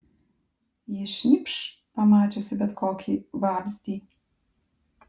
ji šnypš pamačiusi bet kokį vabzdį